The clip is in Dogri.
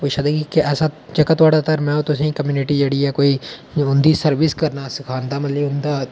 पुच्छा दे कि ऐसा जेह्का थुआढञा धर्म ऐ ओह् तुसेंगी कम्युनिटी जेह्ड़ी ऐ कोई औंदी सर्विस करना सखांदा मतलब कि उं'दा